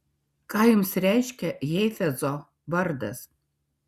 ką jums reiškia heifetzo vardas